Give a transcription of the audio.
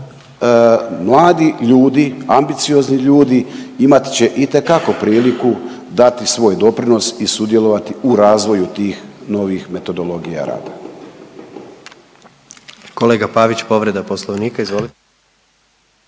mladi ljudi, ambiciozni ljudi imat će itekako priliku dati svoj doprinos i sudjelovati u razvoju tih novih metodologija rada.